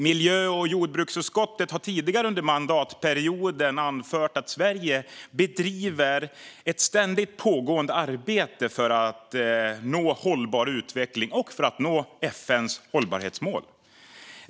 Miljö och jordbruksutskottet har tidigare under mandatperioden anfört att Sverige bedriver ett ständigt pågående arbete för att nå hållbar utveckling och FN:s hållbarhetsmål.